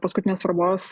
paskutinės svarbos